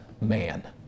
man